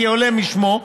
כעולה משמו,